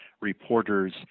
reporters